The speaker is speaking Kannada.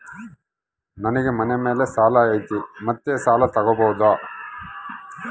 ನನಗೆ ಮನೆ ಮೇಲೆ ಸಾಲ ಐತಿ ಮತ್ತೆ ಸಾಲ ತಗಬೋದ?